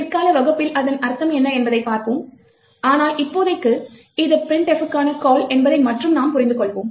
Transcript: பிற்கால வகுப்பில் இதன் அர்த்தம் என்ன என்பதைப் பார்ப்போம் ஆனால் இப்போதைக்கு இது printf க்கான கால் என்பதை நாம் புரிந்து கொள்வோம்